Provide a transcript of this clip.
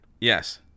Yes